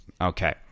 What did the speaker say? Okay